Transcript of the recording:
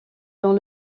dans